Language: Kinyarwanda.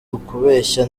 ukubeshya